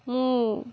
ମୁଁ